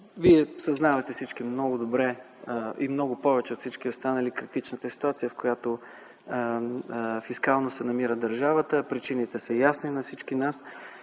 Вие съзнавате много добре и много повече от всички останали критичната ситуация, в която фискално се намира държавата. Причините са ясни на всички нас.